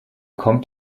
kommt